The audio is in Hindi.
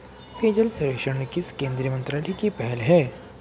पेयजल सर्वेक्षण किस केंद्रीय मंत्रालय की पहल है?